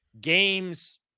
games